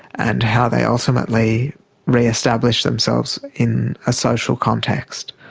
and how they ultimately re-establish themselves in a social context.